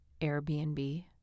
airbnb